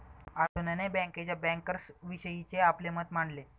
अरुणने बँकेच्या बँकर्सविषयीचे आपले मत मांडले